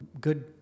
good